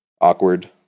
Awkward